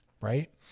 right